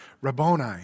Rabboni